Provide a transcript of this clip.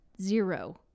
zero